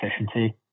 efficiency